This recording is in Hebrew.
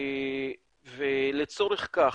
ולצורך כך,